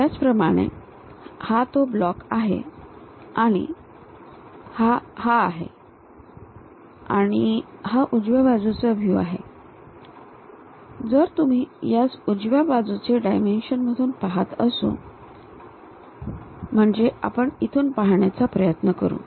त्याचप्रमाणे हा तो ब्लॉक आहे आणि हा हा आहे आणि हा उजव्या बाजूचा व्ह्यू आहे जर तुम्ही यास उजव्या बाजूच्या डायमेन्शन्स मधून पाहत असू म्हणजे आपण इथून पाहण्याचा चा प्रयत्न करू